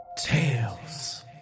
Tales